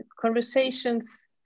conversations